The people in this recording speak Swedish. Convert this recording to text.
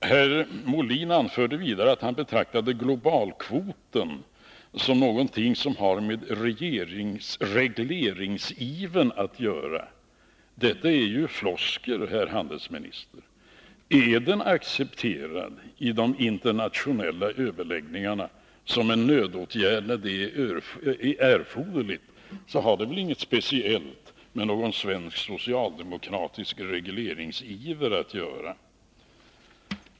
Herr Molin anförde vidare att han betraktade globalkvoten som någonting som har med regleringsivern att göra. Detta är ju floskler, herr handelsminister. Är den accepterad i de internationella överläggningarna som en nödåtgärd när det är erforderligt, har det väl inget speciellt med någon svensk socialdemokratisk regleringsiver att göra.